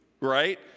right